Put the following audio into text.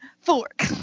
fork